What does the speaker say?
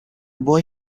boy